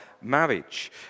marriage